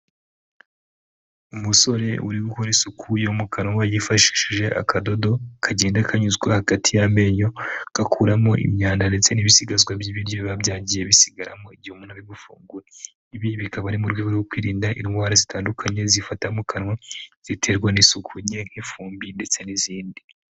Umusore uri gukora isuku yo mu kanwa yifashishije akadodo kagenda kanyuzwa hagati y'amenyo, gakuramo imyanda ndetse n'ibisigazwa by'ibiryo biba byagiye bisigaramo, igihe umuntu ari gufungura . Ibi bikaba ari mu buryo bwo kwirinda indwara zitandukanye zifata mu kanwa, ziterwa n'isuku nke nk'ifumbi ndetse n'izindi.